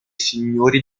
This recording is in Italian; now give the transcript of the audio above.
signori